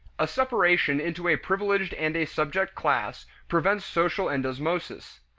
a separation into a privileged and a subject-class prevents social endosmosis.